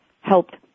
helped